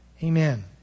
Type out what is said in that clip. Amen